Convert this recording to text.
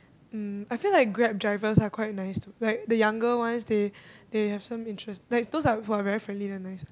um I feel like Grab drivers are quite nice to like the younger ones they they have some interest like those are who are very friendly they're nice